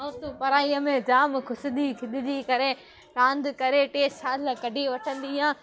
ऐं तूं पढ़ाईअ में जाम घुसंदी खेॾंदी करे रांदि करे टे साल कढी वठंदीअ